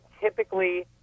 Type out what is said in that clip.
typically